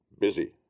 busy